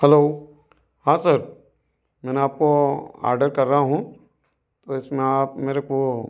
hello हाँ sir मैंने आपको आडर कर रहा हूँ तो इसमें आप मेरे को